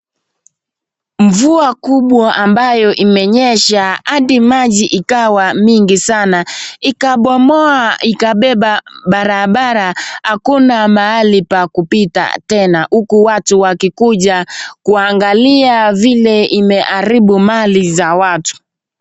Mvua kubwa ambayo imenyesha hadi maji ikawa mingi sana. Ikabomoa ikabeba barabara akuna mahali pa kupita tena uku watu wakikuja kuangalia vile imeharibu mali za watu.